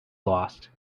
lost